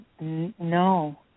No